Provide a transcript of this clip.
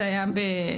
זה היה באב.